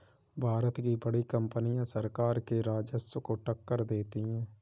भारत की बड़ी कंपनियां सरकार के राजस्व को टक्कर देती हैं